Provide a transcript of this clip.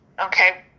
okay